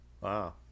Wow